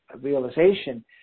realization